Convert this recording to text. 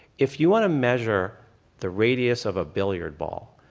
if you want to measure the radius of a billiard ball,